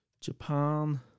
Japan